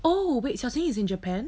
oh wait xiao ting is in japan